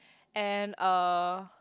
and uh